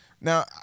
Now